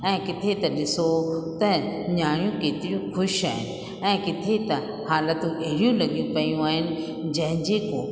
ऐं किथे त ॾिसो त नियाणियूं केतिरियूं ख़ुशि आहिनि ऐं किथे त हालतूं अहिड़ियूं लॻियूं पियूं आहिनि जंहिंजी को